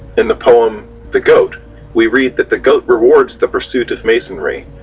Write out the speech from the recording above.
in the poem the goat we read that the goat rewards the pursuit of masonry,